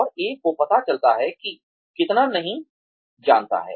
और एक को पता चलता है कितना नहीं जानता है